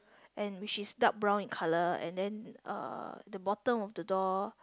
and which is dark brown in colour and then uh the bottom of the door